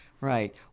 Right